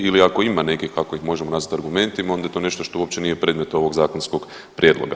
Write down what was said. Ili ako ima nekih ako ih možemo nazvati argumentima, onda je to nešto što uopće nije predmet ovog zakonskog prijedloga.